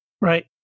Right